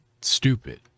stupid